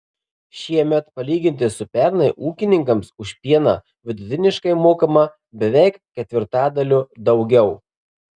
šiemet palyginti su pernai ūkininkams už pieną vidutiniškai mokama beveik ketvirtadaliu daugiau